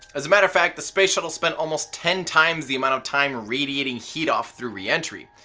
as a matter of fact, the space shuttle spent almost ten times the amount of time radiating heat off through reentry,